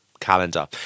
calendar